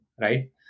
right